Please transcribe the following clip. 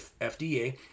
FDA